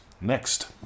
Next